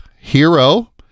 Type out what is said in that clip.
Hero